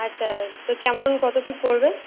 আচ্ছা তো কেমন কতো কী পড়বে